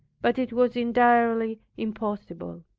but it was entirely impossible.